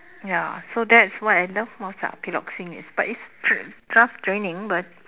ya so that's what I love most ah piloxing it's but it's t~ tough training but